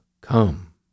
come